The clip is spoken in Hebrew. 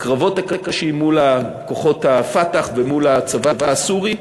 בקרבות הקשים מול כוחות ה"פתח" ומול הצבא הסורי.